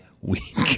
week